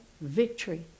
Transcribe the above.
victory